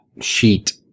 sheet